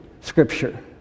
scripture